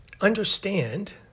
Understand